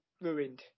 ruined